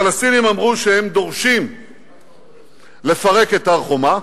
הפלסטינים אמרו שהם דורשים לפרק את הר-חומה,